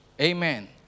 Amen